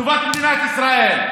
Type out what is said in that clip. לטובת מדינת ישראל.